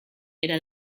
era